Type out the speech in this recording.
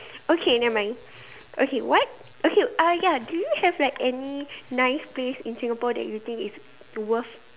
okay nevermind okay what okay ah ya do you have like any nice place in Singapore that you think is worth